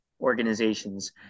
organizations